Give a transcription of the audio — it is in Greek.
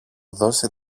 δώσει